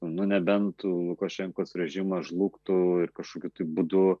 nu nebent lukašenkos režimas žlugtų ir kažkokiu būdu